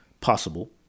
possible